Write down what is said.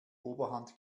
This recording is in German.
oberhand